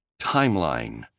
timeline